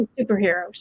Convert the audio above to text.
superheroes